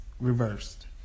reversed